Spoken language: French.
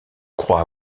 croit